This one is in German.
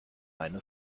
eine